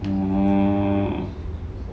oh